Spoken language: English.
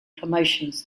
promotions